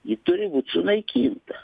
ji turi būti sunaikinta